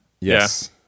Yes